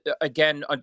again